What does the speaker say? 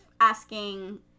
asking